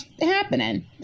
happening